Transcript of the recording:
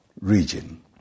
region